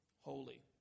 holy